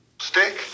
Stick